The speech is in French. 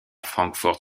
francfort